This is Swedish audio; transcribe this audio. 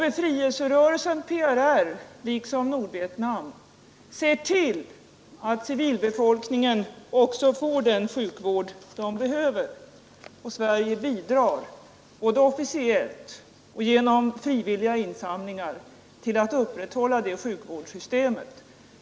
PRR liksom Nordvietnam ser till att civilbefolkningen också får den sjukvård den behöver, och Sverige bidrar både officiellt och genom frivilliga insamlingar till att upprätthålla det sjukvårdssystemet.